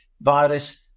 virus